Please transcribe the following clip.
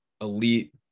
elite